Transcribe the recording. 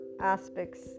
aspects